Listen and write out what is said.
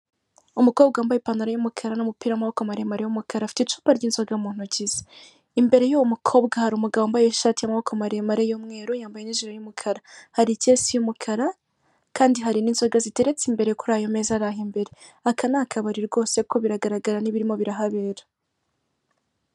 Umukobwa wambaye ipantaro y' umukara n'umupira w'amaboko maremare y'umukara, afite icupa ry'inzoga mu ntoki ze. Imbere y' uwo mukobwa hari umugabo wambaye ishati y' amaboko maremare y'umweru, yambaye n' ijire y' umukara. Hari ikesi y' umukara, kandi hari n' inzoga ziteretse imbere kuri ayo meza ari aho imbere. Aka ni akabari rwose kuko biragaragara n' ibirimo birahabera.